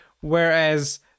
whereas